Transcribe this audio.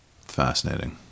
Fascinating